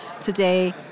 today